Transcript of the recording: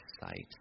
sight